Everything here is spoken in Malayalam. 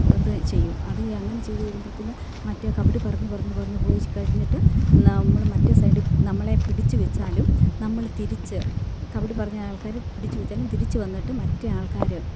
ഇത് ചെയ്യും അത് അങ്ങനെ ചെയ്തു കഴിയുമ്പഴത്തേനും മറ്റേ കബടി പറഞ്ഞു പറഞ്ഞു പറഞ്ഞു പോയി കഴിഞ്ഞിട്ട് നമ്മള് മറ്റേ സൈഡിൽ നമ്മളെ പിടിച്ചു വെച്ചാലും നമ്മള് തിരിച്ച് കബഡി പറഞ്ഞ ആൾക്കാര് പിടിച്ചു വെച്ചാലും തിരിച്ചു വന്നിട്ട് മറ്റേ ആൾക്കാരും